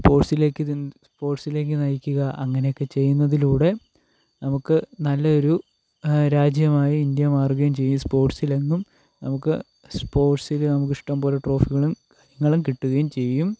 സ്പോർട്സിലേയ്ക്ക് ചെ സ്പോർട്സിലേയ്ക്ക് നയിക്കുക അങ്ങനെയൊക്കെ ചെയ്യുന്നതിലൂടെ നമുക്ക് നല്ലൊരു രാജ്യമായി ഇന്ത്യ മാറുകയും ചെയ്യും സ്പോർട്സിൽ എങ്ങും നമുക്ക് സ്പോർട്സില് നമുക്ക് ഇഷ്ടംപോലെ ട്രോഫികളും കാര്യങ്ങളും കിട്ടുകയും ചെയ്യും